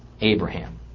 Abraham